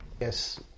Yes